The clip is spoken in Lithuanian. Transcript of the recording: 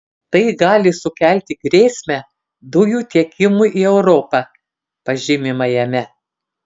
tai gali sukelti grėsmę dujų tiekimui į europą pažymima jame